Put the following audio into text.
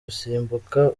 gusimbuka